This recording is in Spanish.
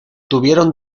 tuvieron